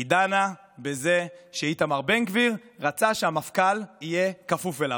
היא דנה בזה שאיתמר בן גביר רצה שהמפכ"ל יהיה כפוף אליו.